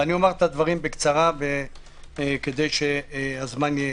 אומר את הדברים בקצרה כדי שהזמן יספיק.